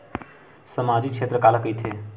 सामजिक क्षेत्र काला कइथे?